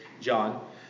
John